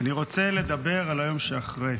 על היום שאחרי,